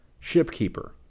Shipkeeper